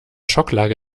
schocklage